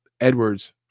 edwards